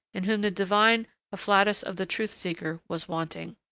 in whom the divine afflatus of the truth-seeker was wanting.